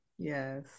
Yes